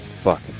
fuck